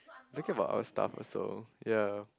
talking about our stuff also ya